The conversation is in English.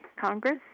Congress